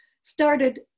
started